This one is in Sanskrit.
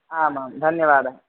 आम् आं धन्यवादः